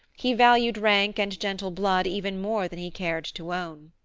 he valued rank and gentle blood even more than he cared to own.